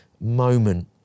moment